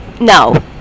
No